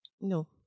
No